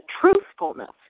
truthfulness